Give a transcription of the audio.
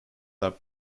that